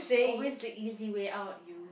always the easy way out you